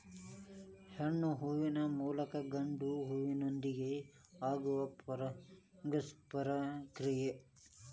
ಹೆಣ್ಣು ಹೂವಿನ ಮೂಲಕ ಗಂಡು ಹೂವಿನೊಂದಿಗೆ ಆಗುವ ಪರಾಗಸ್ಪರ್ಶ ಕ್ರಿಯೆ